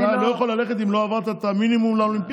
כי אתה לא יכול ללכת אם לא עברת את המינימום לאולימפיאדה,